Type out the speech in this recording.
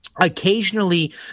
Occasionally